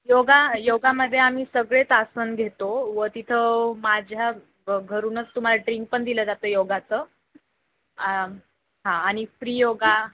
योगा योगामध्ये आम्ही सगळेच आसन घेतो व तिथं माझ्या घरूनच तुमाला ड्रिंक पण दिलं जातं योगाचं हां आणि फ्री योगा